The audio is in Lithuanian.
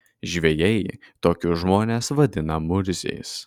žvejai tokius žmones vadina murziais